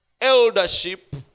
eldership